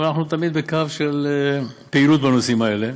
אבל אנחנו תמיד בקו של פעילות בנושאים האלה,